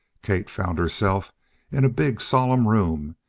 kate found herself in a big, solemn room,